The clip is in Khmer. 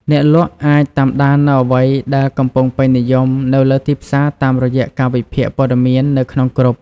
អ្នកលក់អាចតាមដាននូវអ្វីដែលកំពុងពេញនិយមនៅលើទីផ្សារតាមរយៈការវិភាគព័ត៌មាននៅក្នុងគ្រុប។